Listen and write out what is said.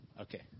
Okay